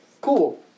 Cool